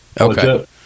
Okay